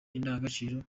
indangagaciro